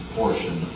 portion